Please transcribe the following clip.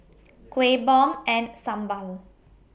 Kueh Bom and Sambal